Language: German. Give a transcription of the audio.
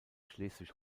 schleswig